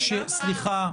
סליחה.